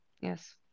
Yes